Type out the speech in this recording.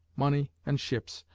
money and ships,